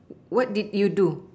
what did you do